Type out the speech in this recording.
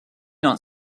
not